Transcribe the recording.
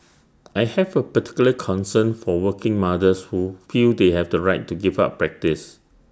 I have A particular concern for working mothers who feel they have to right to give up practice